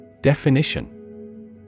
Definition